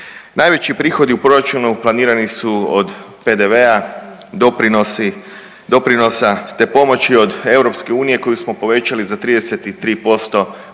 Najveći prihodi u proračunu planirani su od PDV-a, doprinosi, doprinosa te pomoći od EU koju smo povećali za 33%